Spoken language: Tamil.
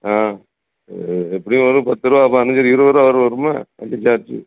ஆ எப்படியும் ஒரு பத்து ரூபா பதினைஞ்சி இருபது ரூபா வரை வருமா வண்டி சார்ஜு